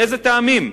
מאילו טעמים?